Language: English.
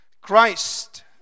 Christ